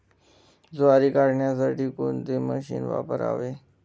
ज्वारी काढण्यासाठी कोणते मशीन वापरावे?